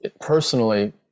personally